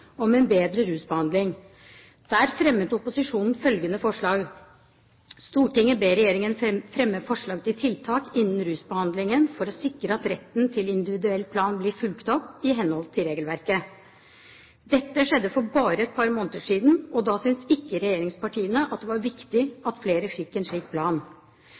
om en bedre rusbehandling. Der fremmet opposisjonen følgende forslag: «Stortinget ber regjeringen fremme forslag til tiltak innen rusbehandlingen for å sikre at retten til individuell plan blir fulgt opp i henhold til regelverk.» Dette skjedde for bare et par måneder siden, og da syntes ikke regjeringspartiene at det var viktig at flere fikk en slik plan.